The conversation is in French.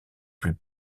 plus